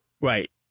Right